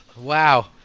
Wow